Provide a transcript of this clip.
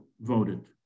voted